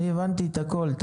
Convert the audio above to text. הבנתי את הכול,